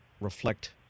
reflect